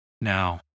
Now